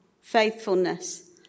faithfulness